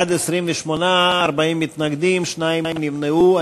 בעד, 28, 40 מתנגדים, שניים נמנעו.